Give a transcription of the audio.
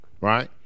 right